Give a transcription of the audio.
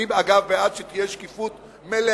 אני, אגב, בעד שתהיה שקיפות מלאה,